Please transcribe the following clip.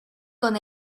con